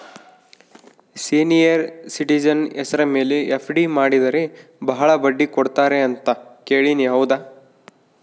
Senior citizen ಹೆಸರ ಮೇಲೆ FD ಮಾಡಿದರೆ ಬಹಳ ಬಡ್ಡಿ ಕೊಡ್ತಾರೆ ಅಂತಾ ಕೇಳಿನಿ ಹೌದಾ?